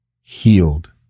healed